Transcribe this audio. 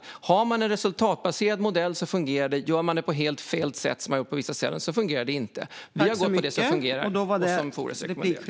Om man har en resultatbaserad modell fungerar det, men om man gör det på helt fel sätt, så som man har gjort på vissa ställen, fungerar det inte. Vi har gått på det som fungerar och som Fores rekommenderar.